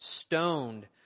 Stoned